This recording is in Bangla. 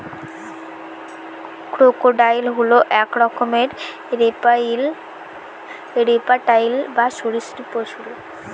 ক্রোকোডাইল হল এক রকমের রেপ্টাইল বা সরীসৃপ পশু